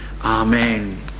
Amen